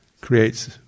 creates